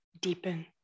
deepen